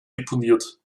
deponiert